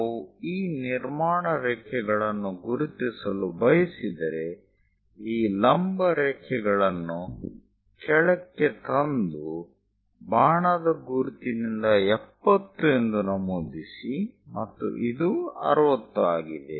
ನಾವು ಈ ನಿರ್ಮಾಣ ರೇಖೆಗಳನ್ನು ಗುರುತಿಸಲು ಬಯಸಿದರೆ ಈ ಲಂಬ ರೇಖೆಗಳನ್ನು ಕೆಳಕ್ಕೆ ತಂದು ಬಾಣದ ಗುರುತಿನಿಂದ 70 ಎಂದು ನಮೂದಿಸಿ ಮತ್ತು ಇದು 60 ಆಗಿದೆ